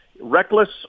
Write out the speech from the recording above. reckless